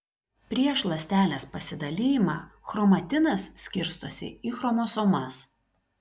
prieš ląstelės pasidalijimą chromatinas skirstosi į chromosomas